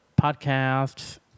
podcasts